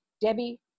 Debbie